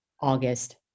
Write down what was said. August